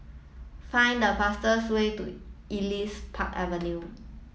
find the fastest way to Elias Park Avenue